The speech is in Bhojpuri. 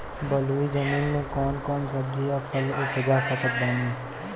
बलुई जमीन मे कौन कौन सब्जी या फल उपजा सकत बानी?